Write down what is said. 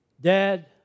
Dad